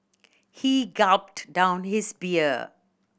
he gulped down his beer